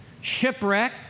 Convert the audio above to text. shipwreck